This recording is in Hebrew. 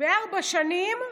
וארבע שנים,